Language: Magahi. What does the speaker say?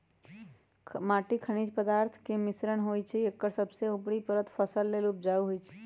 माटी खनिज पदार्थ के मिश्रण होइ छइ एकर सबसे उपरी परत फसल लेल उपजाऊ होहइ